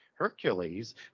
Hercules